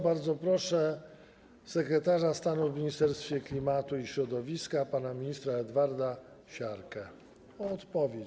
Bardzo proszę sekretarza stanu w Ministerstwie Klimatu i Środowiska pana ministra Edwarda Siarkę o odpowiedź.